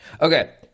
Okay